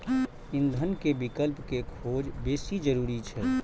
ईंधन के विकल्प के खोज बेसी जरूरी छै